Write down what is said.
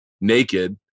naked